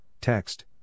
text